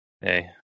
Hey